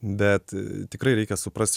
bet tikrai reikia suprast